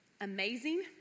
amazing